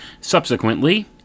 Subsequently